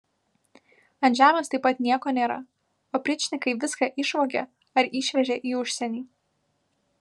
ant žemės taip pat nieko nėra opričnikai viską išvogė ar išvežė į užsienį